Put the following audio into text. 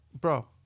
bro